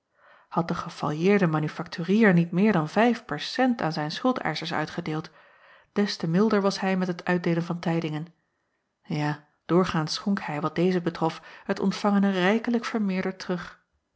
ad de gefaljeerde manufakturier niet meer dan vijf per cent aan zijn schuldeischers uitgedeeld des te milder was hij met het uitdeelen van tijdingen ja doorgaans schonk hij wat deze betrof het ontvangene rijkelijk vermeerderd terug